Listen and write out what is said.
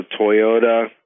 Toyota